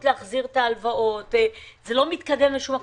להחזיר את ההלוואות וזה לא מתקדם לשום מקום.